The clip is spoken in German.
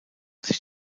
sich